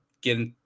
get